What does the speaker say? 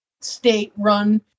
state-run